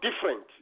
different